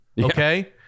Okay